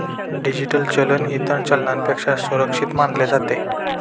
digital चलन इतर चलनापेक्षा सुरक्षित मानले जाते